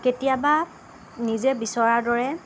কেতিয়াবা নিজে বিচৰাৰ দৰে